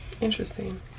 Interesting